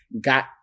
got